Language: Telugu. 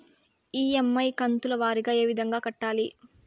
ఇ.ఎమ్.ఐ కంతుల వారీగా ఏ విధంగా కట్టాలి